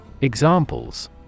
Examples